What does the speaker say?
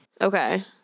Okay